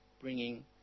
bringing